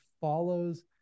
follows